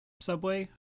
subway